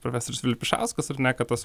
profesorius vilpišauskas ar ne kad tos